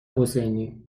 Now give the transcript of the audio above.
حسینی